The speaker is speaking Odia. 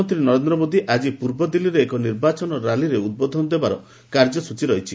ପ୍ରଧାନମନ୍ତ୍ରୀ ନରେନ୍ଦ୍ର ମୋଦି ଆଜି ପୂର୍ବଦିଲ୍ଲୀରେ ଏକ ନିର୍ବାଚନ ର୍ୟାଲିରେ ଉଦ୍ବୋଧନ ଦେବାର କାର୍ଯ୍ୟସ୍ତଚୀ ରହିଛି